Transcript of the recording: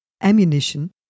ammunition